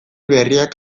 berriak